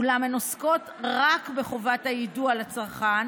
אולם הן עוסקות רק בחובת היידוע לצרכן